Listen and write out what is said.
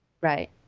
right